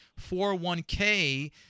401k